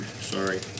sorry